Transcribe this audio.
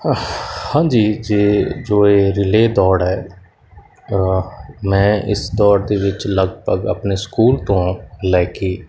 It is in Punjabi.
ਹਾਂਜੀ ਜੇ ਜੋ ਇਹ ਰਿਲੇਅ ਦੌੜ ਹੈ ਮੈਂ ਇਸ ਦੌੜ ਦੇ ਵਿੱਚ ਲਗਭਗ ਆਪਣੇ ਸਕੂਲ ਤੋਂ ਲੈ ਕੇ